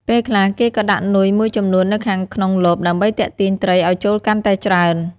ពេលខ្លះ គេក៏ដាក់នុយមួយចំនួននៅខាងក្នុងលបដើម្បីទាក់ទាញត្រីឲ្យចូលកាន់តែច្រើន។